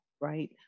right